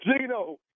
Gino